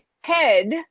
head